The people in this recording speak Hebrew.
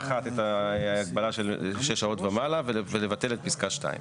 היה על זה דיון נרחב בישיבה הקודמת.